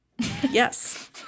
Yes